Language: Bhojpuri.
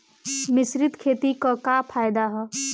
मिश्रित खेती क का फायदा ह?